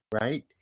right